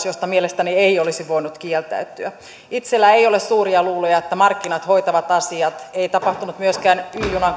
josta mielestäni ei olisi voinut kieltäytyä itselläni ei ole suuria luuloja että markkinat hoitavat asiat ei tapahtunut myöskään